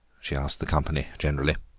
she asked the company generally.